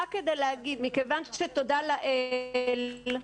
תודה לאל,